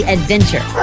Adventure